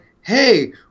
hey